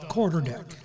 Quarterdeck